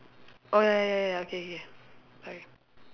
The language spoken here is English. oh ya ya ya ya okay okay sorry